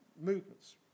movements